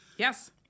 Yes